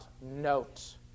note